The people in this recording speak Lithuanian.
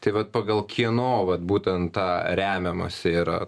tai vat pagal kieno vat būtent tą remiamasi yra